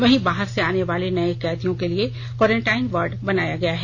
वहीं बाहर से आने वाले नए कैदियों के लिए कोरेनटाइन वार्ड बनाया गया है